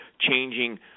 changing